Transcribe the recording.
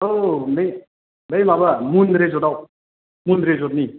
औ औ बे बै माबा मुन रेजर्दआव मुन रेजर्दनि